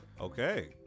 Okay